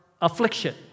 affliction